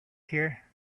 here